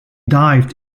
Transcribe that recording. died